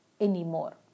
anymore